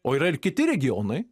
o yra ir kiti regionai